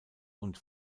und